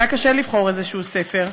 היה קשה לבחור איזשהו ספר.